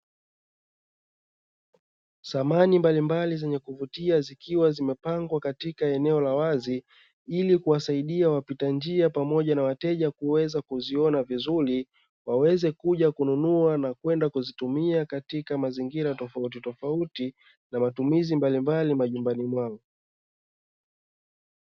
Samani mbalimbali zenye kuvutia zikiwa zimepangwa katika eneo la wazi ili kuwasaidia wapitanjia pamoja na wateja kuweza kuziona vizuri, waweze kuja kununua na kwenda kuzitumia katika mazingira tofautitofauti na matumizi mbalimbali majumbani mwao.